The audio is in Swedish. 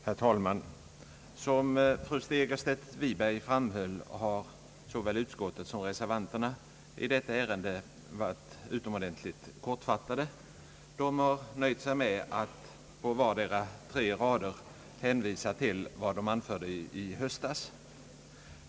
Herr talman! Som fru Segerstedt Wiberg framhöll har både utskottsmajoriteten och reservanterna fattat sig utomordentligt kort i detta ärende och nöjt sig med att på vardera tre rader hänvisa till vad de anförde i höstas.